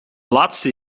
laatste